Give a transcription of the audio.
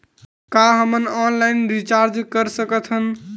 का हम online recharge कर सकत हन?